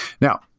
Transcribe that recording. Now